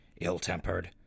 ill-tempered